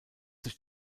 sich